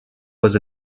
was